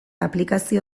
aplikazio